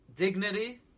Dignity